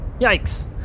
Yikes